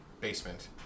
basement